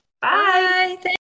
bye